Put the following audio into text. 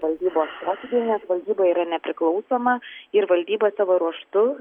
valdybos posėdyje nes valdyba yra nepriklausoma ir valdyba savo ruožtu